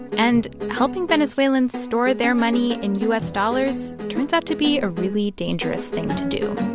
and helping venezuelans store their money in u s. dollars turns out to be a really dangerous thing to do